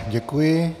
Děkuji.